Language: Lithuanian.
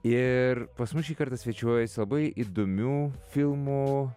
ir pas mus šį kartą svečiuojasi labai įdomių filmų